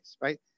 right